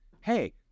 hey